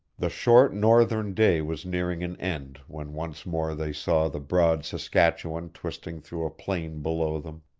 the short northern day was nearing an end when once more they saw the broad saskatchewan twisting through a plain below them,